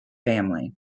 family